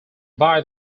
buy